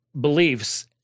beliefs